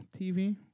TV